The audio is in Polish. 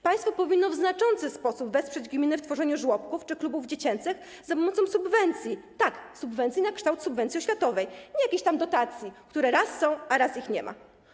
Państwo powinno w znaczący sposób wesprzeć gminy w tworzeniu żłobków czy klubów dziecięcych za pomocą subwencji, tak, subwencji, na kształt subwencji oświatowej, nie jakichś tam dotacji, które raz są, a raz ich nie ma.